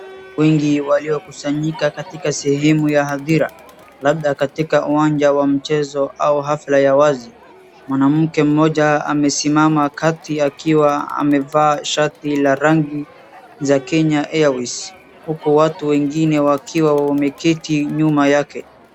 Wengi waliokusanyika katika sehemu ya hathira, labda katika uwanja wa mchezo au hafla ya wazi. Mwanamke mmoja amesimama kati akiwa amevaa shati la rangi za Kenya Airways , huku watu wengine wakiwa wameketi nyuma yake.